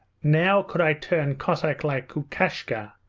now could i turn cossack like lukashka,